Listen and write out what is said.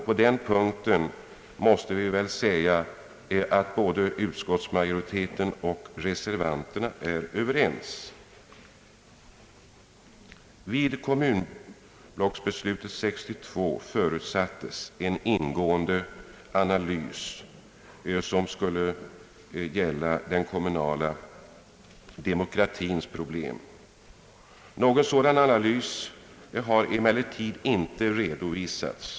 På den punkten är både utskottsmajoriteten och reservanterna Överens. Vid kommunblocksbeslutet år 1962 förutsattes att en ingående analys skulle ske av den kommunala demokratins problem. Någon sådan analys har emellertid inte redovisats.